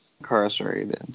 Incarcerated